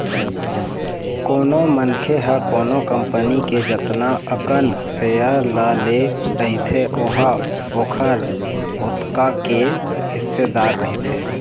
कोनो मनखे ह कोनो कंपनी के जतना अकन सेयर ल ले रहिथे ओहा ओखर ओतका के हिस्सेदार रहिथे